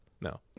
No